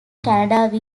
canada